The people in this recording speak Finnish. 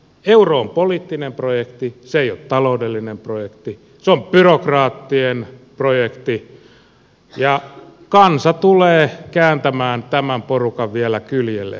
euro on poliittinen projekti se ei ole taloudellinen projekti se on byrokraattien projekti ja kansa tulee kääntämään tämän porukan vielä kyljelleen